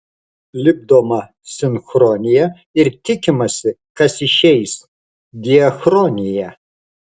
lipdoma sinchronija ir tikimasi kas išeis diachronija